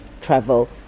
Travel